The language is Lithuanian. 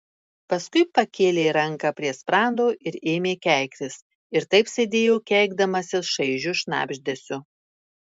paskui pakėlė ranką prie sprando ir ėmė keiktis ir taip sėdėjo keikdamasis šaižiu šnabždesiu